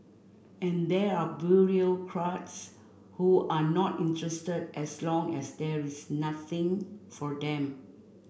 and there are bureaucrats who are not interested as long as there is nothing for them